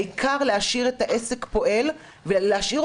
אני חושבת